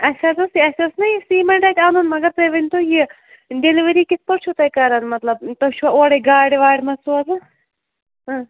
اَسہِ حظ اوس یہِ اَسہ اوس نہ یہِ سیٖمنٹ اتہِ اَنُن مگر تُہۍ ؤنۍتو یہِ ڈٮ۪لِؤری کِتھ پٲٹھۍ چھُو تُہۍ کران مطلب تُہۍ چھُوا اورَے گاڑِ واڑِ منٛز سوزان